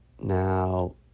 Now